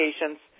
patients